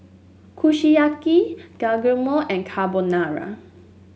Kushiyaki Guacamole and Carbonara